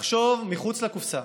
לחשוב מחוץ לקופסה,